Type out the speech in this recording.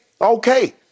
Okay